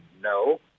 No